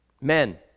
men